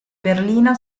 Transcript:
berlina